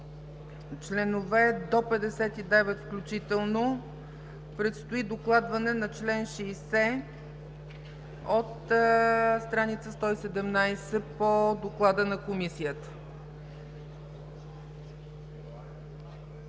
членове – до 59 включително, предстои докладване на чл. 60 от страница 117 по доклада на Комисията.